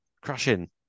crashing